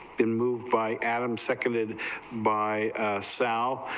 and moved by adam seconded by so